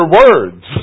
words